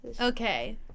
okay